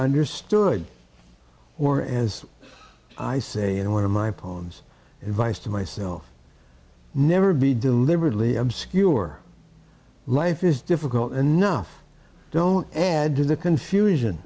understood or as i say in one of my poems advice to myself never be deliberately obscure life is difficult enough don't add to the confusion